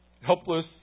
helpless